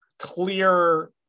clear